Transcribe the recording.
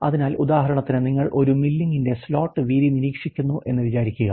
അതിനാൽ ഉദാഹരണത്തിന് നിങ്ങൾ ഒരു മില്ലിംഗിന്റെ സ്ലോട്ട് വീതി നിരീക്ഷിക്കുന്നു എന്ന് വിചാരിക്കുക